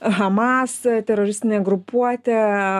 hamas teroristinė grupuotė